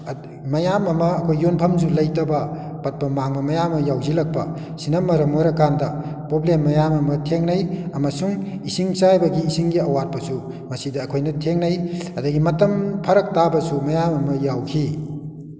ꯃꯌꯥꯝ ꯑꯃ ꯑꯩꯈꯣꯏ ꯌꯣꯟꯐꯝꯁꯨ ꯂꯩꯇꯕ ꯄꯠꯄ ꯃꯥꯡꯕ ꯃꯌꯥꯝ ꯑꯃ ꯌꯥꯎꯁꯤꯜꯂꯛꯄ ꯁꯤꯅ ꯃꯔꯝ ꯑꯣꯏꯔꯀꯥꯟꯗ ꯄ꯭ꯔꯣꯕ꯭ꯂꯦꯝ ꯃꯌꯥꯝ ꯑꯃ ꯊꯦꯡꯅꯩ ꯑꯃꯁꯨꯡ ꯏꯁꯤꯡ ꯆꯥꯏꯕꯒꯤ ꯏꯁꯤꯡꯒꯤ ꯑꯋꯥꯠꯄꯁꯨ ꯃꯁꯤꯗ ꯑꯩꯈꯣꯏꯅ ꯊꯦꯡꯅꯩ ꯑꯗꯒꯤ ꯃꯇꯝ ꯐꯔꯛ ꯇꯥꯕꯁꯨ ꯃꯌꯥꯝ ꯑꯃꯁꯨ ꯌꯥꯎꯈꯤ